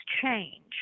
change